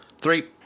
Three